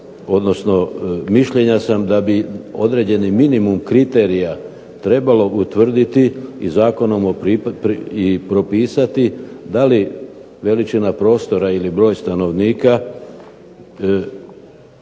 odnosno mišljenja sam da bi određeni minimum kriterija trebalo utvrditi i zakonom i propisati da li veličina prostora ili broj stanovnika